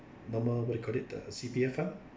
normal what you call it the C_P_F fund